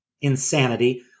insanity